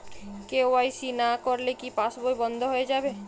KYC না করলে কি পাশবই বন্ধ হয়ে যাবে?